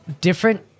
different